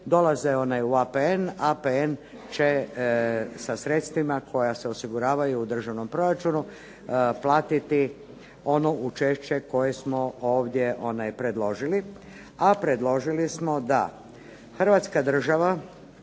dolaze u APN, APN će sa sredstvima koja se osiguravaju u državnom proračunu platiti ono učešće koje smo ovdje predložili a predložili smo da Hrvatska država